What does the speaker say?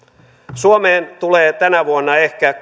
suomeen tulee tänä vuonna ehkä